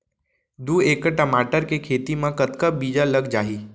दू एकड़ टमाटर के खेती मा कतका बीजा लग जाही?